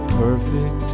perfect